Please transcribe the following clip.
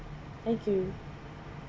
thank you